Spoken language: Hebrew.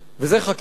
וזה חקיקה.